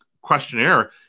questionnaire